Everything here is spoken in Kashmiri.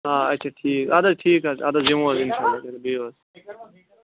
آ اچھا ٹھیٖک اَدٕ حظ ٹھیٖک حظ اَدٕ حظ یِمَو حظ اِنشاءاللہ تُلیُو بِہیُو حظ